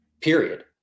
period